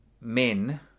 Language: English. men